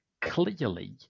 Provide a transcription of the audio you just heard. clearly